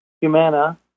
Humana